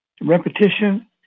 repetition